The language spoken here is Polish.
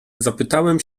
zapytałem